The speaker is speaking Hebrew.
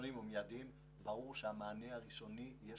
ברור שלמענה הראשוני יש